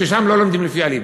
ששם לא לומדים לפי הליבה.